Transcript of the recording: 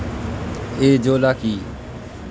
Azolla কি?